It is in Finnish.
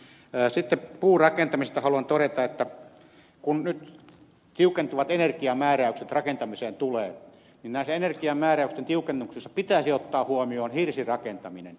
puurakentamisesta haluan todeta että kun nyt tiukentuvat energiamääräykset rakentamiseen tulee niin energiamääräysten tiukennuksessa pitäisi ottaa huomioon hirsirakentaminen